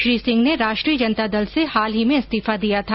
श्री सिंह ने राष्ट्रीय जनता दल से हाल ही में इस्तीफा दिया था